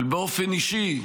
באופן אישי,